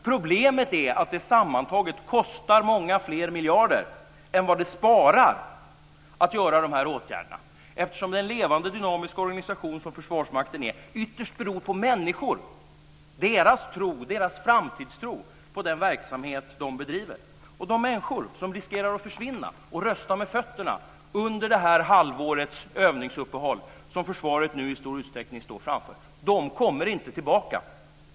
Problemet är att det sammantaget kostar många fler miljarder än vad det sparar att göra de här åtgärderna, eftersom den levande dynamiska organisation som Försvarsmakten är ytterst beror på människor. Det handlar om deras framtidstro på den verksamhet som de bedriver. De människor som riskerar att försvinna och rösta med fötterna under det här halvårets övningsuppehåll, som försvaret nu i stor utsträckning står inför, kommer inte tillbaka.